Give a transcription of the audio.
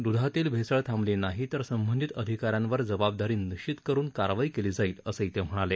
द्धातील भेसळ थांबली नाही तर संबंधित अधिकाऱ्यांवर जबाबदारी निश्चित करुन कारवाई केली जाईल असंही ते म्हणाले